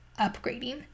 upgrading